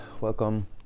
welcome